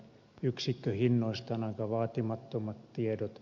yksikköhinnoista on aika vaatimattomat tiedot